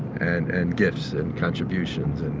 and and gifts and contributions.